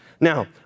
Now